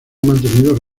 mantenido